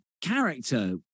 character